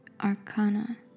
Arcana